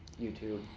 youtube.